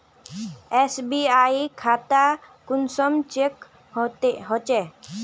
SBI खाता कुंसम check होचे?